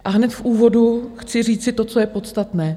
Hned v úvodu chci říci to, co je podstatné.